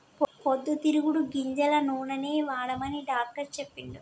పొద్దు తిరుగుడు గింజల నూనెనే వాడమని డాక్టర్ చెప్పిండు